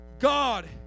God